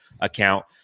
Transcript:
account